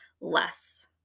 less